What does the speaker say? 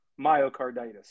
myocarditis